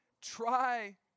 try